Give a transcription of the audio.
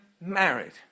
married